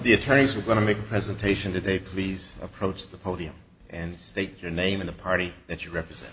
the attorneys are going to make a presentation today please approach the podium and state your name in the party that you represent